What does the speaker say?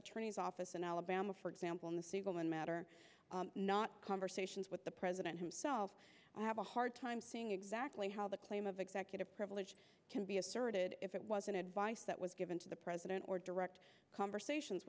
attorney's office in alabama for example in the siegelman matter not conversations with the president himself i have a hard time seeing exactly how the claim of executive privilege can be asserted if it was an advice that was given to the president or direct conversations